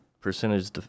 percentage